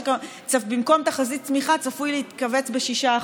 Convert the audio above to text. במקום תחזית צמיחה, המשק צפוי להתכווץ ב-6%.